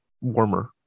warmer